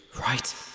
right